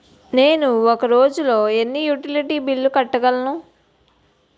నేను ఒక రోజుల్లో ఎన్ని యుటిలిటీ బిల్లు కట్టగలను?